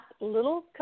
little